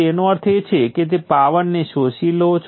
એવી જ રીતે હું VR અને IR ને ધ્યાનમાં લઈશ